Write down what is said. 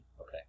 Okay